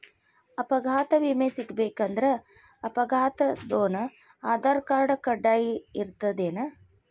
ಅಪಘಾತ್ ವಿಮೆ ಸಿಗ್ಬೇಕಂದ್ರ ಅಪ್ಘಾತಾದೊನ್ ಆಧಾರ್ರ್ಕಾರ್ಡ್ ಕಡ್ಡಾಯಿರ್ತದೇನ್?